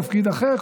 תפקיד אחר,